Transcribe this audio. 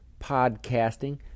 podcasting